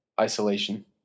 isolation